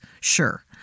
sure